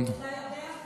ציטטו פה הרבה.